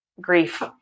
grief